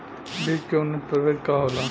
बीज के उन्नत प्रभेद का होला?